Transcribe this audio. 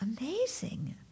Amazing